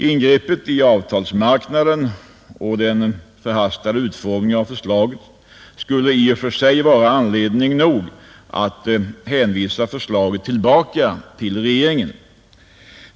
Ingreppet i avtalsmarknaden och den förhastade utformningen av förslaget skulle i och för sig vara anledning nog att hänvisa förslaget tillbaka till regeringen.